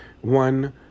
one